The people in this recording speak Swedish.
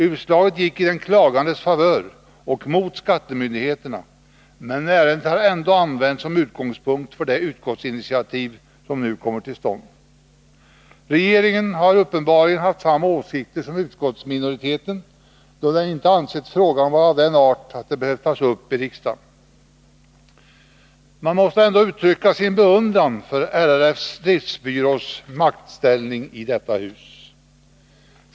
Utslaget gick i den klagandes favör och mot skattemyndigheterna, men ärendet har ändå använts som utgångspunkt för det utskottsinitiativ som nu kommit till stånd. Regeringen har uppenbarligen haft samma åsikter som utskottsminorite ten, då den inte ansett frågan vara av den arten att den behövt tas upp i riksdagen. Man måste ändå uttrycka sin beundran för LRF:s driftsbyrås maktställning i detta hus.